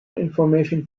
information